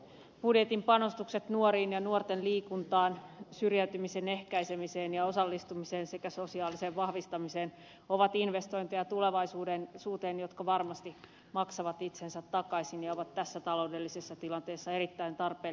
budjetin panostukset nuoriin ja nuorten liikuntaan syrjäytymisen ehkäisemiseen ja osallistumiseen sekä sosiaaliseen vahvistamiseen ovat investointeja tulevaisuuteen jotka varmasti maksavat itsensä takaisin ja ovat tässä taloudellisessa tilanteessa erittäin tarpeellisia